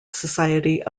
society